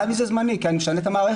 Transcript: גם אם זה זמני כי אני משנה את המערכת,